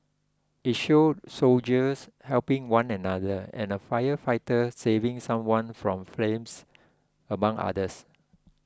it showed soldiers helping one another and a firefighter saving someone from flames among others